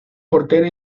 portero